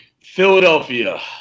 Philadelphia